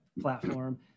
platform